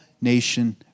nation